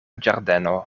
ĝardeno